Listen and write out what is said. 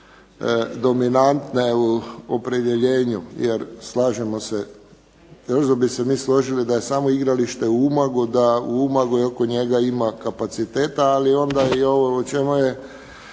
dominantne u opredjeljenju, jer slažemo se brzo bi se mi složili da je samo igralište u Umagu, da u Umagu i oko njega ima kapaciteta. Ali onda i ovo o čemu je